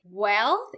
Wealth